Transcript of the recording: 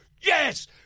yes